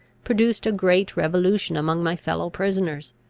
produced a great revolution among my fellow-prisoners.